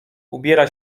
ubiera